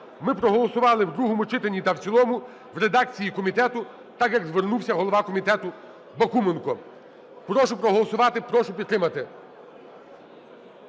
ми проголосували в другому читанні та в цілому в редакції комітету, так, як звернувся голова комітету Бакуменко. Прошу проголосувати. Прошу підтримати.